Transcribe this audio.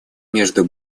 между